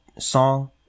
song